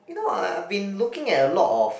you know ah I've been looking at a lot of